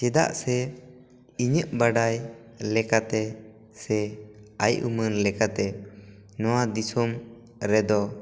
ᱪᱮᱫᱟᱜ ᱥᱮ ᱤᱧᱟᱹᱜ ᱵᱟᱰᱟᱭ ᱞᱮᱠᱟᱛᱮ ᱥᱮ ᱟᱭ ᱩᱢᱟᱹᱱ ᱞᱮᱠᱟᱛᱮ ᱱᱚᱣᱟ ᱫᱤᱥᱚᱢ ᱨᱮᱫᱚ